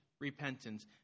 repentance